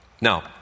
Now